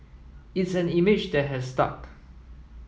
it's an image that has stuck